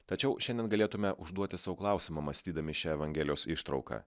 tačiau šiandien galėtume užduoti sau klausimą mąstydami šia evangelijos ištrauka